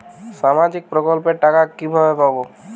সামাজিক প্রকল্পের টাকা কিভাবে পাব?